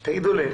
לא.